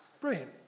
brilliant